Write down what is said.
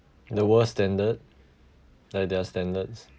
the world standard like their standards